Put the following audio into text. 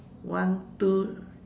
one two